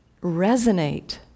resonate